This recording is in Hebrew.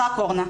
רק אורנה.